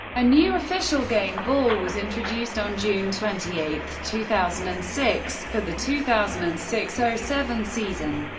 a new official game ball was introduced on june twenty eight, two thousand and six, for the two thousand and six so seven season,